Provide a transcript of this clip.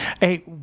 hey